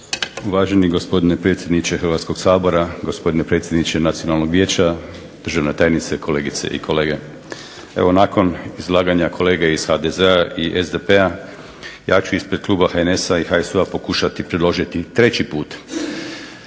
Uvaženi gospodine predsjedniče Hrvatskog sabora, gospodine predsjedniče Nacionalnog vijeća, državna tajnice, kolegice i kolege zastupnici. Evo nakon izlaganja kolege iz HDZ-a i SDP-a ja ću ispred kluba HNS-a i HSU-a pokušati predložiti 3. put.